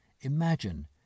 Imagine